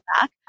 back